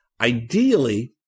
ideally